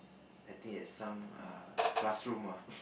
I think at some err classroom ah